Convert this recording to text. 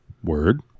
Word